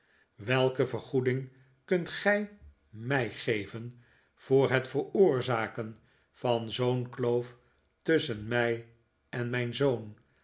welke vergoeding kunt gij m ij geven voor het veroorzaken van zoo'n kloof tusschen mij en mijn zoon